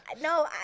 no